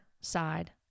side